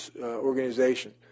organization